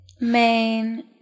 main